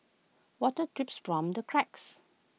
water drips from the cracks